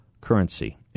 currency